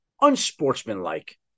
unsportsmanlike